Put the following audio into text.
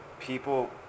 people